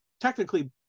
technically